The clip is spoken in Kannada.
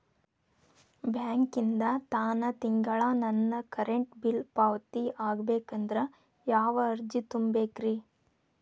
ಬ್ಯಾಂಕಿಂದ ತಾನ ತಿಂಗಳಾ ನನ್ನ ಕರೆಂಟ್ ಬಿಲ್ ಪಾವತಿ ಆಗ್ಬೇಕಂದ್ರ ಯಾವ ಅರ್ಜಿ ತುಂಬೇಕ್ರಿ?